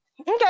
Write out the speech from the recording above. Okay